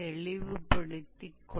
तो हम शुरू करते हैं